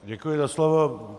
Děkuji za slovo.